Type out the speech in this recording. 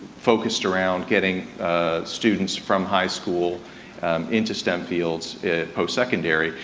focused around getting students from high school into stem fields post-secondary.